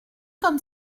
comme